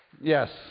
yes